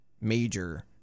major